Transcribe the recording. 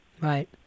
Right